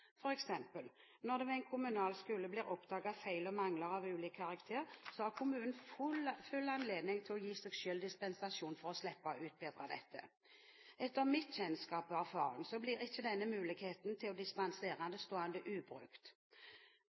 Når det ved en kommunal skole blir oppdaget feil og mangler av ulik karakter, har kommunen full anledning til å gi seg selv dispensasjon for å slippe å utbedre dette. Etter mitt kjennskap og min erfaring blir ikke denne muligheten til å dispensere stående ubrukt.